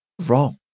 wrong